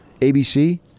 ABC